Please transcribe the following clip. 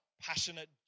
passionate